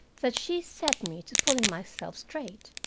that she set me to pulling myself straight.